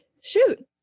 shoot